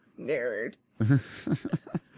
nerd